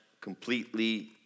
completely